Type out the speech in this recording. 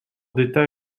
d’états